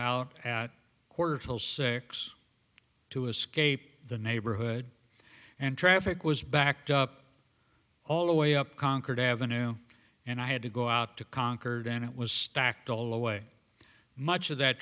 out at quarter till six to escape the neighborhood and traffic was backed up all the way up concord ave and i had to go out to concord and it was stacked all away much of that